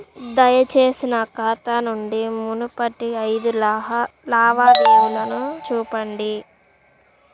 దయచేసి నా ఖాతా నుండి మునుపటి ఐదు లావాదేవీలను చూపండి